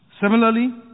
Similarly